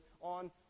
on